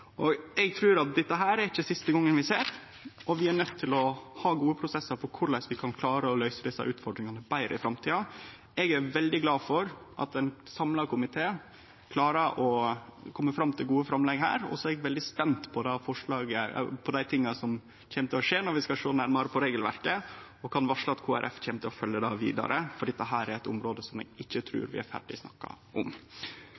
Eg trur ikkje det er siste gongen vi ser dette, og vi er nøydde til å ha gode prosessar for korleis vi kan klare å løyse desse utfordringane betre i framtida. Eg er veldig glad for at ein samla komité klarer å kome fram til gode framlegg, og eg er veldig spent på det som kjem til å skje når vi skal sjå nærmare på regelverket. Eg kan varsle at Kristeleg Folkeparti kjem til å følgje det vidare, for dette er eit område eg ikkje